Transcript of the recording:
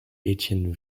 étienne